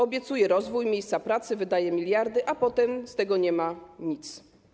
Obiecuje rozwój, miejsca pracy, wydaje miliardy, a potem z tego nie ma nic.